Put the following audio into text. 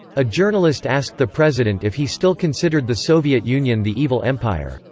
a journalist asked the president if he still considered the soviet union the evil empire.